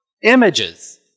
Images